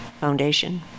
foundation